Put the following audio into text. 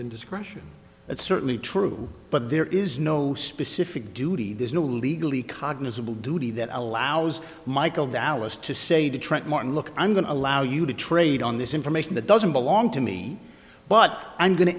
indiscretion that's certainly true but there is no specific duty there's no legally cognizable duty that allows michael dallas to say to trent martin look i'm going to allow you to trade on this information that doesn't belong to me but i'm going to